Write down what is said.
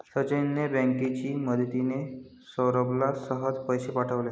सचिनने बँकेची मदतिने, सौरभला सहज पैसे पाठवले